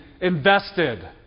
invested